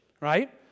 right